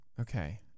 Okay